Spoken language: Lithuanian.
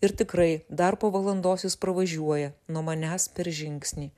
ir tikrai dar po valandos jis pravažiuoja nuo manęs per žingsnį